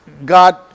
God